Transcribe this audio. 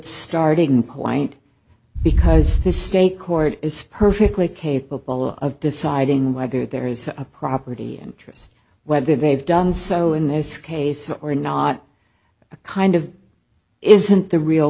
starting point because the state court is perfectly capable of deciding whether there is a property and trust whether they've done so in this case or not a kind of isn't the real